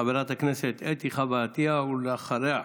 חברת הכנסת אתי חוה עטייה, ואחריה,